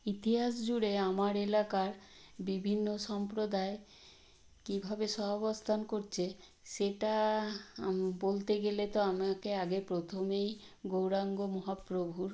ইতিহাস জুড়ে আমার এলাকার বিভিন্ন সম্প্রদায় কীভাবে সহাবস্থান করছে সেটা বলতে গেলে তো আমাকে আগে প্রথমেই গৌরাঙ্গ মহাপ্রভুর